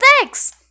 thanks